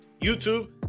YouTube